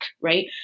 right